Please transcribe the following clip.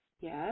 Yes